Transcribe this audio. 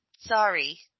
sorry